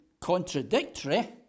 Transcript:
Contradictory